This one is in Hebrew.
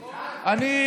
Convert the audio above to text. אני,